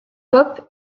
pop